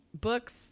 books